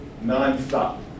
non-stop